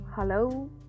Hello